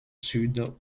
sud